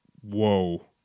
Whoa